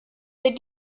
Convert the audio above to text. der